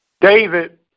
David